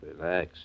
Relax